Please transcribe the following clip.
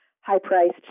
high-priced